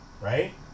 right